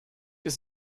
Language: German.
ist